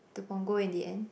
to Punggol in the end